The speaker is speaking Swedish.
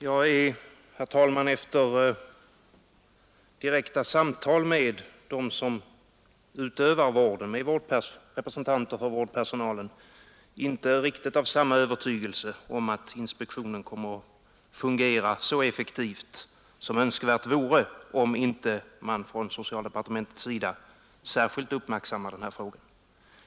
Herr talman! Efter direkta samtal med dem som utövar vården och med representanter för vårdpersonalen, är jag inte lika övertygad som socialministern om att inspektionen kommer att fungera så effektivt som önskvärt vore, om man inte från socialdepartementet särskilt uppmärksammar denna fråga.